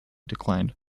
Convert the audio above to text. declined